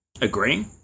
agreeing